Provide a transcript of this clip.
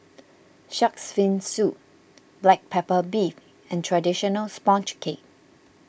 Shark's Fin Soup Black Pepper Beef and Traditional Sponge Cake